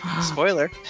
Spoiler